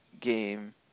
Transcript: game